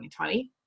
2020